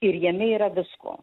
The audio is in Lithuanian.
ir jame yra visko